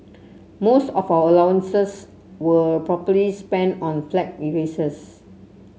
most of our allowances were probably spent on flag erasers